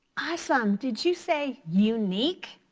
awesome, did you say unique?